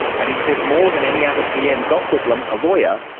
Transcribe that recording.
and he says more than any other pm gough whitlam, a lawyer,